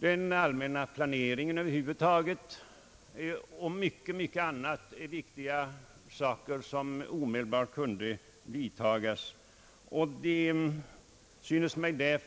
Den allmänna planeringen och mycket, mycket annat är likaså viktiga angelägenheter, som man omedelbart skulle kunna främja. Det synes mig